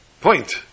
point